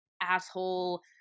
asshole